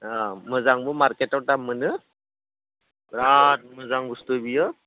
अ मोजांबो मारकेटाव दाम मोनो बिराद मोजां बुसथु बेयो